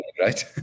right